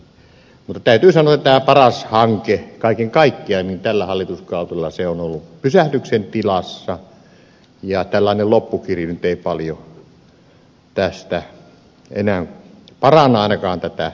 mutta täytyy sanoa että tämä paras hanke kaiken kaikkiaan on tällä hallituskaudella ollut pysähdyksen tilassa ja tällainen loppukiri nyt ei paljon tästä ainakaan enää paranna tätä asian käsittelyä